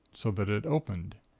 so that it opened.